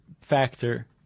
factor